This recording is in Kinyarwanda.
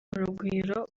urugwiro